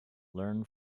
learn